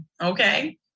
okay